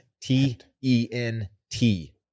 T-E-N-T